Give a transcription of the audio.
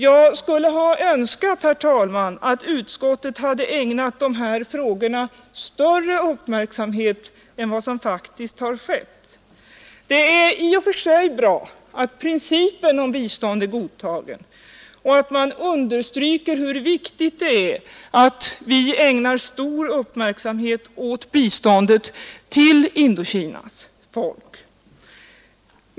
Jag skulle ha önskat, herr talman, att utskottet hade ägnat de här frågorna större uppmärksamhet än vad som faktiskt har skett. Det är i och för sig bra att principen om bistånd är godtagen och att man understryker hur viktigt det är att regeringen och riksdagen ägnar uppmärksamhet åt biståndet till Indokinas folk.